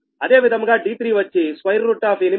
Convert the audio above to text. అదే విధముగా d3 వచ్చి 827